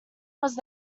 was